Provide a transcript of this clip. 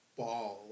ball